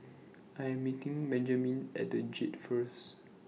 I Am meeting Benjamen At The Jade First